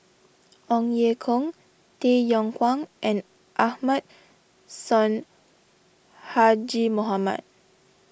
Ong Ye Kung Tay Yong Kwang and Ahmad Sonhadji Mohamad